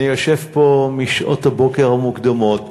אני יושב פה משעות הבוקר המוקדמות